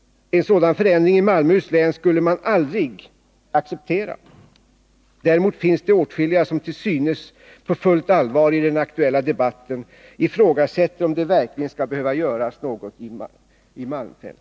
En sådan förändring i Malmöhus län skulle man aldrig acceptera. Däremot finns det åtskilliga som i den aktuella debatten till synes på fullt allvar ifrågasätter om det verkligen skall behöva göras något i Malmfälten.